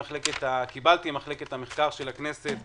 קבלתי ממחלקת המחקר של הכנסת